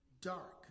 dark